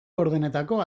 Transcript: laurdenetako